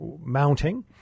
mounting